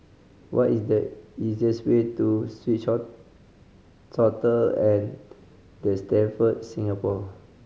what is the easiest way to The Stamford Singapore